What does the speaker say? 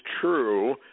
true